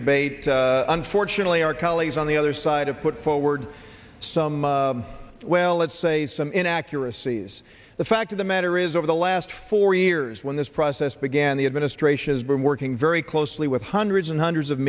debate unfortunately our colleagues on the other side of put forward some well let's say some in accuracies the fact of the matter is over the last four years when this process began the administration has been working very closely with hundreds and hundreds of